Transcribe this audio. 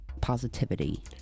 positivity